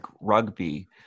rugby